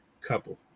couple